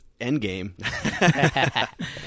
Endgame